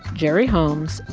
gerry holmes,